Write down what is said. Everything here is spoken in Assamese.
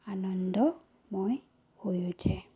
আনন্দময় হৈ উঠে